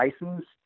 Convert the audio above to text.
license